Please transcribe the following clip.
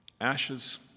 Ashes